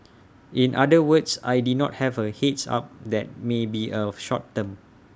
in other words I did have A heads up that may be A short term